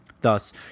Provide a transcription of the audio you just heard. Thus